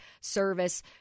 service